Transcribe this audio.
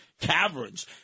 caverns